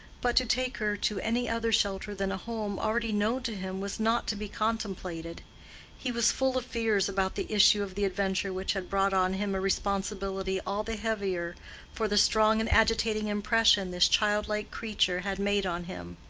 but to take her to any other shelter than a home already known to him was not to be contemplated he was full of fears about the issue of the adventure which had brought on him a responsibility all the heavier for the strong and agitating impression this childlike creature had made on him.